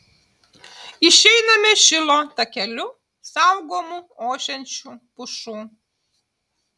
išeiname šilo takeliu saugomu ošiančių pušų